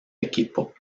equipo